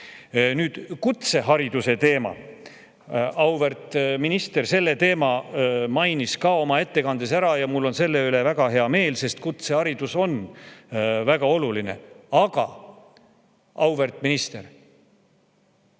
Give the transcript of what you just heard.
Nüüd kutsehariduse teema. Auväärt minister mainis selle teema ka oma ettekandes ära ja mul on selle üle väga hea meel, sest kutseharidus on väga oluline. Aga, auväärt minister,